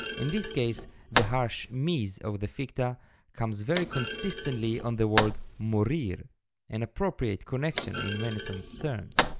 in this case the harsh mis of the ficta comes very consistently on the word morir an appropriate connection in renaissance terms.